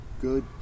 good